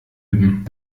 üben